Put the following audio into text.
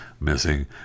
missing